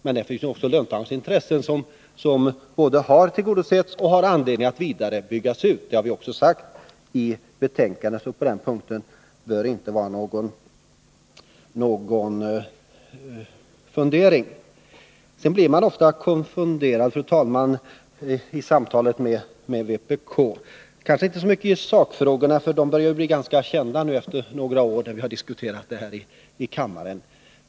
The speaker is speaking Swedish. Men löntagarintressen har tillgodosetts, och det finns också anledning till vidareutveckling när det gäller dessa intressen. Detta har ju också framhållits i betänkandet, så på den punkten bör det inte råda någon oklarhet. Man blir, fru talman, ofta konfunderad vid diskussionerna med kommunisterna — kanske dock inte så mycket i sakfrågorna, eftersom vpk:s inställning efter flera års diskussioner i kammaren nu börjar bli känd.